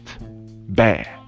bad